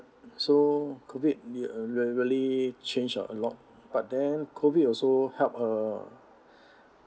so COVID re~ really change a a lot but then COVID also help err